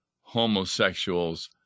homosexuals